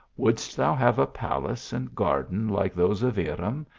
wouldst thou have a palace and garden like those of irem,